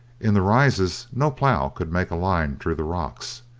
in the rises no plough could make a line through the rocks,